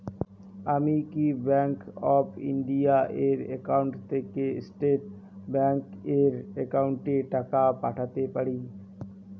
আমি কি bank of India এর একাউন্ট থেকে স্টেট ব্যাংক এর একাউন্টে টাকা পাঠাতে পারি?